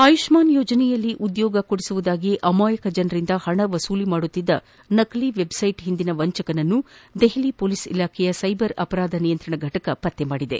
ಆಯುಷ್ಣಾನ್ ಯೋಜನೆಯಲ್ಲಿ ಉದ್ಯೋಗ ಕೊಡಿಸುವುದಾಗಿ ಅಮಾಯಕ ಜನರಿಂದ ಹಣ ವಸೂಲಿ ಮಾಡುತ್ತಿದ್ದ ನಕಲಿ ವೆಬ್ಸೈಟ್ ಹಿಂದಿನ ವಂಚಕನನ್ನು ದೆಹಲಿ ಮೊಲೀಸ್ ಇಲಾಬೆಯ ಸೈಬರ್ ಅಪರಾಧ ನಿಯಂತ್ರಣ ಘಟಕ ಪತ್ತೆ ಮಾಡಿದೆ